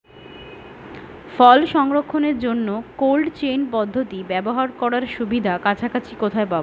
ফল সংরক্ষণের জন্য cold chain পদ্ধতি ব্যবহার করার সুবিধা কাছাকাছি কোথায় পাবো?